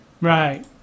Right